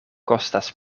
kostas